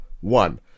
One